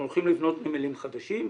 אנחנו הולכים לבנות נמלים חדשים.